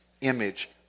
image